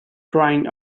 drying